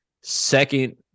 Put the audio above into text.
second